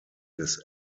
des